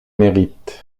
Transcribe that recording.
méritent